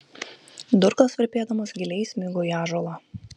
durklas virpėdamas giliai įsmigo į ąžuolą